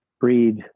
breed